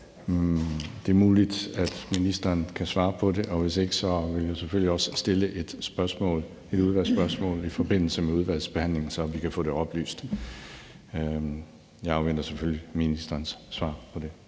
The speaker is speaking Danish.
det er muligt, at ministeren kan svare på det, og hvis ikke, vil jeg selvfølgelig også stille et udvalgsspørgsmål i forbindelse med udvalgsbehandlingen, så vi kan få det oplyst. Jeg afventer selvfølgelig ministerens svar på det.